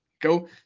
go